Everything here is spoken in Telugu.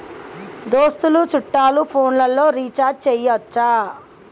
దోస్తులు చుట్టాలు ఫోన్లలో రీఛార్జి చేయచ్చా?